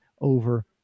over